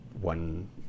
One